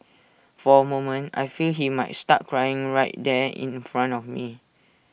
for A moment I feel he might start crying right there in front of me